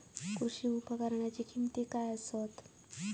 कृषी उपकरणाची किमती काय आसत?